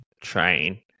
train